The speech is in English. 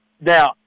Now